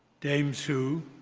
dame sue,